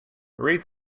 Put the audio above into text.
read